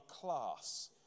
class